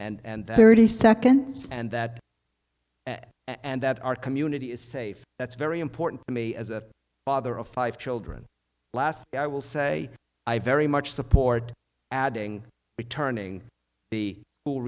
community and thirty seconds and that and that our community is safe that's very important to me as a father of five children last i will say i very much support adding returning the